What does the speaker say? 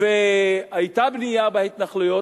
והיתה בנייה בהתנחלויות,